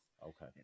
Okay